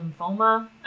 lymphoma